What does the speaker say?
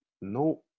No